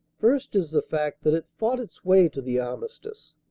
first is the fact that it fought its way to the armistice.